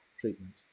treatment